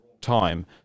time